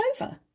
over